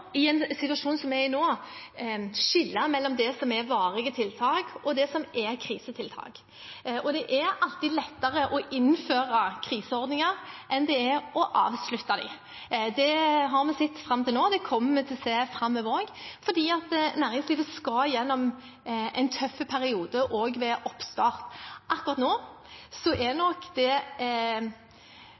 i den situasjonen vi er i nå, skille mellom det som er varige tiltak, og det som er krisetiltak. Og det er alltid lettere å innføre kriseordninger enn det er å avslutte dem. Det har vi sett fram til nå, og det kommer vi også til å se framover, fordi næringslivet skal gjennom en tøff periode også ved oppstart. Akkurat nå er nok det